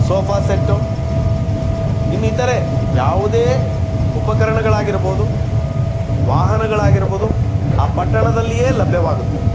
sofa set ಇನ್ನಿತರೇ ಯಾವುದೇ ಉಪಕರಣಗಳಾಗಿರ್ಬೋದು ವಾಹನಗಳಾಗಿರ್ಬೋದು ಆ ಪಟ್ಟಣದಲ್ಲಿಯೇ ಲಭ್ಯವಾಗುತ್ತವೆ